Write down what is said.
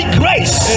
grace